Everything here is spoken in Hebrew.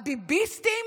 הביביסטים